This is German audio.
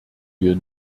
wir